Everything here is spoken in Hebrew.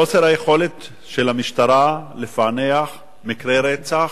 חוסר היכולת של המשטרה לפענח מקרי רצח,